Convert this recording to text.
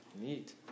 Neat